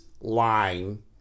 line